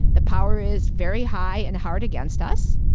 the power is very high and hard against us,